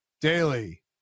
daily